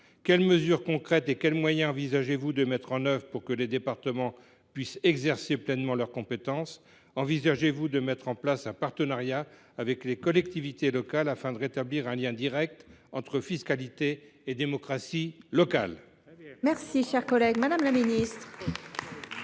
Quelles mesures concrètes et quels moyens envisagez vous de mettre en œuvre pour que les départements puissent exercer pleinement leurs compétences ? Envisagez vous de mettre en place un partenariat avec les collectivités locales afin de rétablir un lien direct entre fiscalité et démocratie locale ?